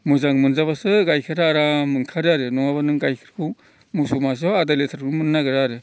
मोजां मोनजाब्लासो गायखेरा आराम ओंखारो आरो नङाब्ला नों गायखेरखौ मोसौ मासेआव नों आदा लिटारखौनो मोननो नागेरा आरो